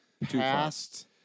past